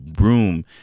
room